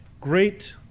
great